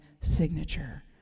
signature